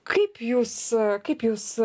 kaip jūs kaip jūs